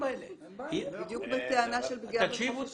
בדיוק בטענה של פגיעה בחופש